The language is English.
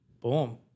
boom